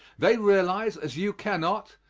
they realize, as you cannot,